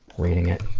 reading it.